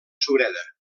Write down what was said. sureda